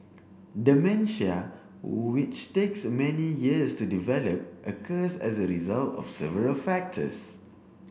dementia which takes many years to develop occurs as a result of several factors